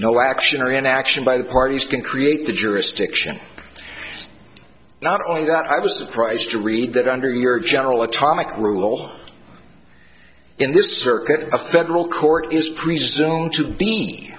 no action or inaction by the parties can create the jurisdiction not only that i was surprised to read that under your general atomic rule in this circuit a federal court is presumed to be